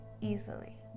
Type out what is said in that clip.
easily